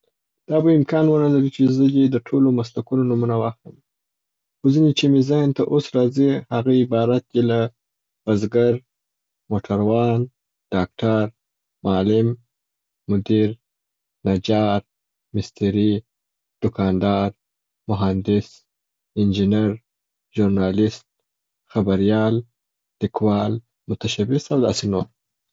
دا به امکان ونلري چې زه دي د ټولو مسلکونو نومونه واخلم، خو ځیني چې مې ذهن ته اوس راځي، هغه عبارت دي له، بزګر، موټروان، ډاکټر، معلم، مدیر، نجار، مستري، دوکاندار، مهندس، انجینر، ژورنالیست، خبریال، لیکوال، متشبث او داسي نور.